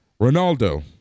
Ronaldo